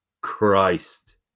Christ